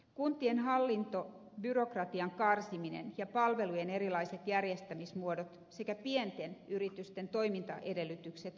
kuntien hallintobyrokratian karsiminen ja palveluiden erilaiset järjestämismuodot sekä pienten yritysten toimintaedellytykset kilpailutilanteessa tulee turvata